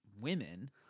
women